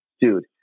Dude